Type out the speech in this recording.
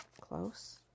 close